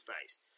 face